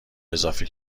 اضافه